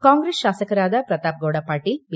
ಕಾಂಗ್ರೆಸ್ ಶಾಸಕರಾದ ಪ್ರತಾಪ್ಗೌಡ ಪಾಟೀಲ್ ಬಿ